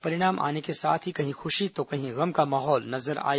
परिणाम आने के साथ ही कहीं खुशी कहीं गम का माहौल नजर आया